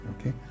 okay